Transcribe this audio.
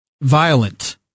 violent